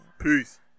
Peace